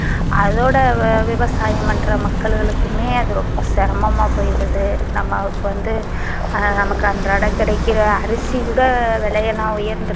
அதோடு விவசாயம் பண்கிற மக்களுக்குமே அது ரொம்ப சிரமமா போயிடுது நம்ம வந்து நமக்கு அன்றாடம் கெடைக்கிற அரிசி கூட விலையெல்லாம் உயர்ந்திருது